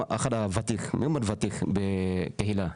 עבדתי בקהילה,